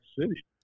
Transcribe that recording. city